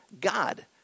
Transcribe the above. God